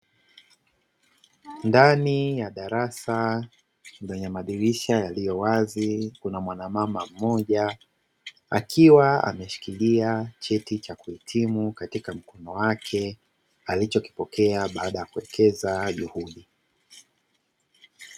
Ndani ya darasa lenye madirisha yaliyowazi kuna mwanamama mmoja akiwa ameshikilia cheti cha kuhitimu katika mkono wake alichokipokea baada ya kuwekeza juhudi.